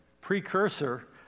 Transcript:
precursor